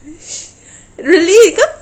really cause